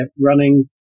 running